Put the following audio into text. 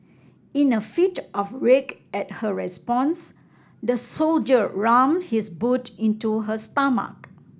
in a fit of rage at her response the soldier rammed his boot into her stomach